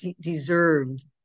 deserved